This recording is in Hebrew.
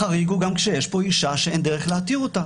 החריג הוא גם שיש פה אישה שאין דרך להתיר אותה.